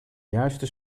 juiste